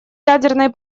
ядерной